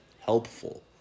helpful